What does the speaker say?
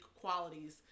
qualities